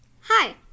Hi